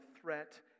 threat